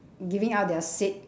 giving up their seat